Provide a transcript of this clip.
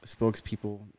spokespeople